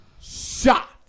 shot